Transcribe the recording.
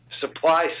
supply